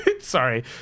Sorry